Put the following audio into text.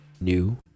new